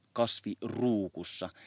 kasviruukussa